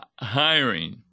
hiring